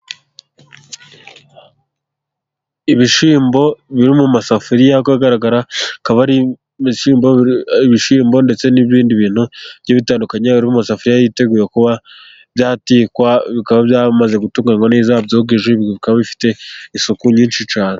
Ibishyimbo biri mu masafuri , agaragara akaba ari ibishyimbo, ndetse n'ibindi bintu bigiye bitandukanye, biri mu masafuri biteguye kuba byatekwa, bikaba byamaze gutunganywa neza byogeje, bikaba bifite isuku nyinshi cyane.